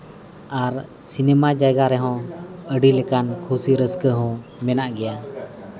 ᱟᱨ ᱥᱤᱱᱮᱹᱢᱟ ᱡᱟᱭᱜᱟ ᱨᱮᱦᱚᱸ ᱟᱹᱰᱤᱞᱮᱠᱟᱱ ᱠᱷᱩᱥᱤ ᱨᱟᱹᱥᱠᱟᱹ ᱦᱚᱸ ᱢᱮᱱᱟᱜ ᱜᱮᱭᱟ